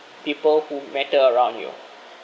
people who matter around you